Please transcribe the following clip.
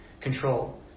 control